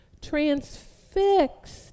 transfixed